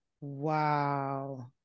Wow